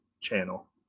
channel